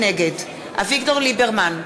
נגד אביגדור ליברמן,